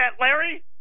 Larry